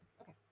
Okay